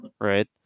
Right